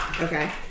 Okay